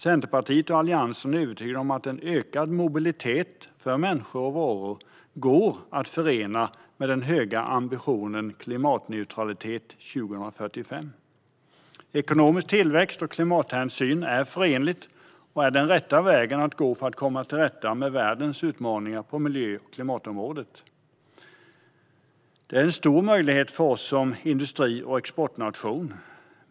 Centerpartiet och Alliansen är övertygade om att en ökad mobilitet för människor och varor går att förena med den höga ambitionen klimatneutralitet till 2045. Ekonomisk tillväxt och klimathänsyn är förenligt och är den rätta vägen att gå för att komma till rätta med världens utmaningar på miljö och klimatområdet. Det är en stor möjlighet för oss som industri och exportnation.